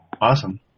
Awesome